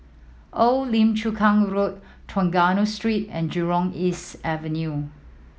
Old Lim Chu Kang Road Trengganu Street and Jurong East Avenue